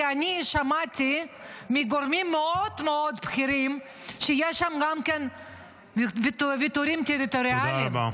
כי אני שמעתי מגורמים מאוד מאוד בכירים שיש שם גם ויתורים טריטוריאליים,